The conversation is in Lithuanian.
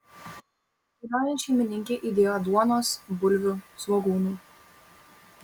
kelionėn šeimininkė įdėjo duonos bulvių svogūnų